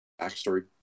backstory